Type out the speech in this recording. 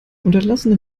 unterlassene